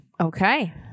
Okay